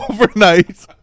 Overnight